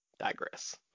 Digress